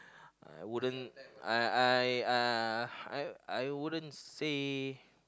I wouldn't I I uh I I wouldn't say